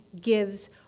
gives